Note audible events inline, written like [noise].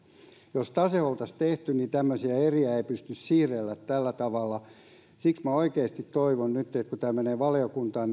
jos tase oltaisiin tehty niin tämmöisiä eriä ei olisi pystynyt siirtelemään tällä tavalla siksi minä oikeasti toivon nyt että kun tämä menee valiokuntaan [unintelligible]